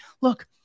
look